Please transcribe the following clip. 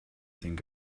think